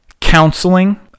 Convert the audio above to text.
counseling